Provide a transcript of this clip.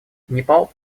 непал